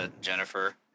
Jennifer